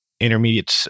Intermediate